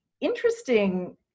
interesting